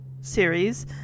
series